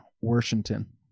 Washington